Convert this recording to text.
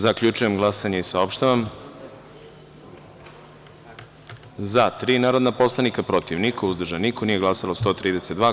Zaključujem glasanje i saopštavam: za – tri narodna poslanika, protiv – niko, uzdržan – niko, nije glasalo 132 narodna poslanika.